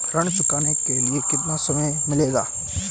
ऋण चुकाने के लिए कितना समय मिलेगा?